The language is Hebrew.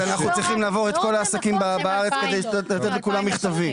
אנחנו צריכים לעבור את כל העסקים בארץ ולשלוח לכולם מכתבים.